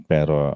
Pero